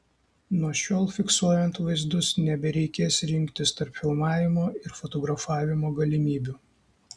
nuo šiol fiksuojant vaizdus nebereikės rinktis tarp filmavimo ir fotografavimo galimybių